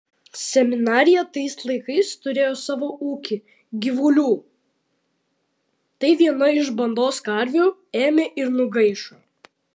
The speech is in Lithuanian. seminarija tais laikais turėjo savo ūkį gyvulių tai viena iš bandos karvių ėmė ir nugaišo